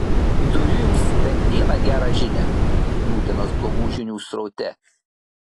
turiu jums bent vieną gerą žinią nūdienos blogų žinių sraute